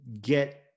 get